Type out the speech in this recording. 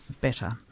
better